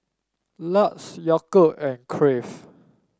Lux Yakult and Crave